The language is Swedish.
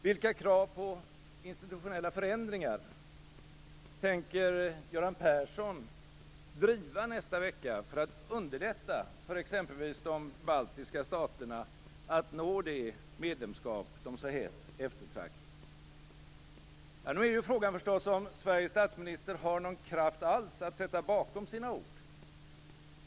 Vilka krav på institutionella förändringar tänker Göran Persson driva nästa vecka för att underlätta för exempelvis de baltiska staterna att nå det medlemskap de så hett eftertraktar? Frågan är förstås om Sveriges statsminister har någon kraft att sätta bakom sina ord.